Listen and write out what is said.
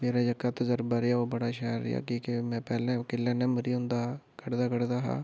मेरा जेह्का तजरबा रेहा ओह् बड़ा शैल रेहा कि के में पैह्लें किल्लें कन्नै मरी जंदा हा कड्ढदा कड्ढदा हा